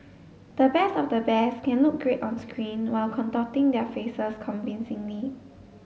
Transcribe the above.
the best of the best can look great on screen while contorting their faces convincingly